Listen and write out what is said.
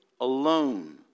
alone